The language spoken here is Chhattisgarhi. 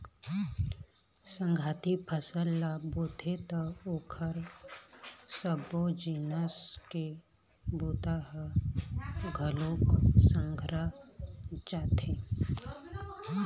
संघराती फसल ल बोबे त ओखर सबो जिनिस के बूता ह घलोक संघरा जाथे